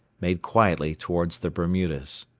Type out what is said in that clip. made quietly towards the bermudas.